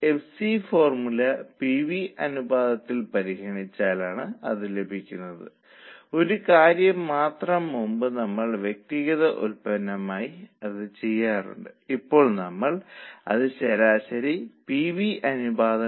50 ശതമാനം ആണ് break even point FC PV അനുപാതം